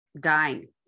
dying